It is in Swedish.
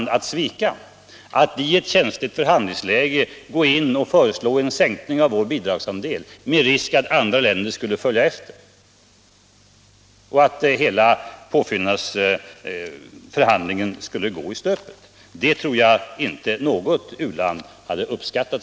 Då skall vi inte i ett känsligt förhandlingsläge gå in och föreslå en sänkning av vår bidragsandel med risk att andra länder skulle följa efter och att hela påfyllnadsförhandlingen skulle gå i stöpet. Det tror jag inte något u-land hade uppskattat.